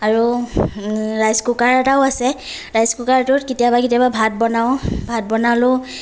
আৰু rice cooker এটাও আছে ৰাইচ কুকাৰটোত কেতিয়াবা কেতিয়াবা ভাত বনাওঁ ভাত বনালোঁ ও